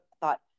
thought